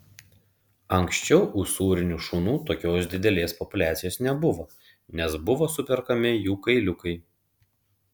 anksčiau usūrinių šunų tokios didelės populiacijos nebuvo nes buvo superkami jų kailiukai